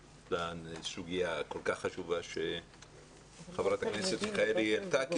לסוגיה הכול כך חשובה שחברת הכנסת מיכאלי העלתה,